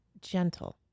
gentle